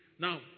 Now